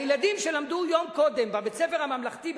הילדים שלמדו יום קודם בבית-הספר הממלכתי,